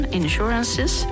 insurances